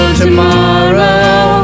tomorrow